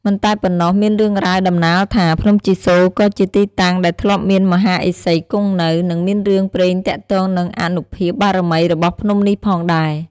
មិនតែប៉ុណ្ណោះមានរឿងរ៉ាវដំណាលថា ភ្នំជីសូរក៏ជាទីតាំងដែលធ្លាប់មានមហាឥសីគង់នៅ និងមានរឿងព្រេងទាក់ទងនឹងអានុភាពបារមីរបស់ភ្នំនេះផងដែរ។